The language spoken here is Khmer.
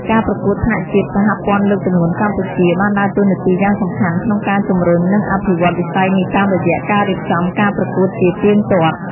ការប្រកួតថ្នាក់ជាតិ សហព័ន្ធលើកទម្ងន់កម្ពុជា បានដើរតួនាទីយ៉ាងសំខាន់ក្នុងការជំរុញ និងអភិវឌ្ឍន៍វិស័យនេះតាមរយៈការរៀបចំការប្រកួតជាទៀងទាត់។